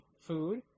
Food